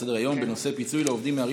הצעה לסדר-היום בנושא: פיצוי לעובדים מערים